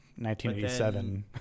1987